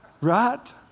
Right